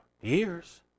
years